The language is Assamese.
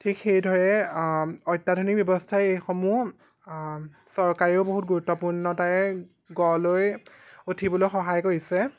ঠিক সেইদৰে অত্যাধুনিক ব্যৱস্থা এইসমূহ চৰকাৰেও বহুত গুৰুত্বপূৰ্ণতাৰে গঢ় লৈ উঠিবলৈ সহায় কৰিছে